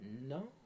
No